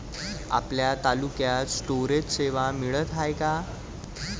आपल्या तालुक्यात स्टोरेज सेवा मिळत हाये का?